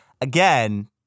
again